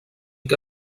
que